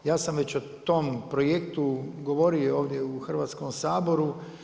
Ja sam već o tom projektu govorio ovdje u Hrvatskom saboru.